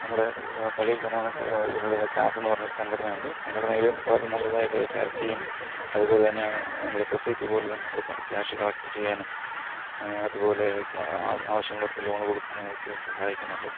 നമ്മുടെ പള്ളിയിൽ തന്നെ ജാസെന്ന് പറഞ്ഞൊരു സംഘടന ഉണ്ട് സംഘടനയില് വളരെ നല്ലതായിട്ടുള്ള ചാരിറ്റിയും അതുപോലെ തന്നെയാണ് നമ്മുടെ സൊസൈറ്റി പോലെ തന്നെ നമ്മള് ക ക്യാഷ് കളക്റ്റ് ചെയ്യാനും അതുപോലെയൊക്കെ ആവശ്യമുള്ളവർക്ക് ലോണ് കൊടുക്കാനുമൊക്കെ സഹായിക്കുന്നുണ്ട്